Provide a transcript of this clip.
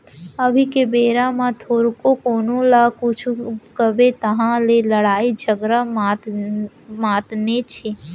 अभी के बेरा म थोरको कोनो ल कुछु कबे तहाँ ले लड़ई झगरा मातनेच हे